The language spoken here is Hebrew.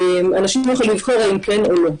אנשים יחליטו אם כן או לא.